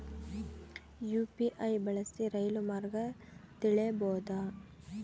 UPI ಬಳಸಿ ರೈಲು ಮಾರ್ಗ ತಿಳೇಬೋದ?